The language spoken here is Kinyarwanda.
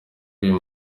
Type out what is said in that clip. uyu